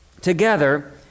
together